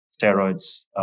steroids